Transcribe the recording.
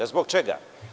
Zbog čega?